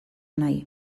nahi